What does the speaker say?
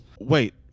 Wait